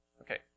Okay